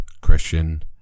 Christian